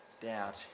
doubt